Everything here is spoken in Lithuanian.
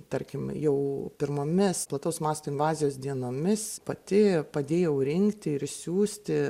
tarkim jau pirmomis plataus masto invazijos dienomis pati padėjau rinkti ir siųsti